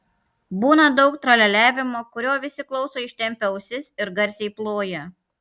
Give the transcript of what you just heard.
būna daug tralialiavimo kurio visi klauso ištempę ausis ir garsiai ploja